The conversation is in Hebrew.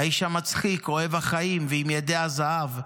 האיש המצחיק, אוהב החיים ועם ידי הזהב,